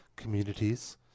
Communities